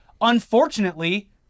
unfortunately